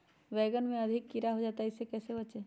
बैंगन में अधिक कीड़ा हो जाता हैं इससे कैसे बचे?